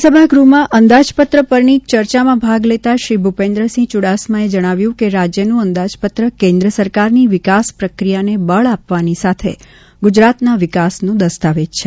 વિધાનસભા ગ્રહમાં અંદાજપત્ર પરની ચર્ચામાં ભાગ લેતા શ્રી ભૂપેન્દ્રસિંહ ચુડાસમાએ જણાવ્યું કે રાજ્યનું અંદાજપત્ર કેન્દ્ર સરકારની વિકાસ પ્રક્રિયાને બળ આપવાની સાથે ગુજરાતના વિકાસનો દસ્તાવેજ છે